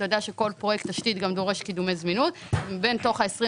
אתה יודע שכל פרויקט תשתית גם דורש קידומי זמינות ובתוך ה-25